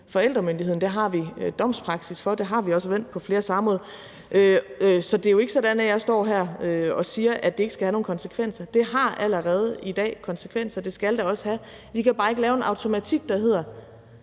forældremyndigheden. Det har vi domspraksis for. Det har vi også vendt på flere samråd. Så det er jo ikke sådan, at jeg står her og siger, at det ikke skal have nogen konsekvenser. Det har allerede i dag konsekvenser. Det skal det også have. Vi kan bare ikke lave en automatik, der hedder,